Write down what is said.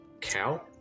cow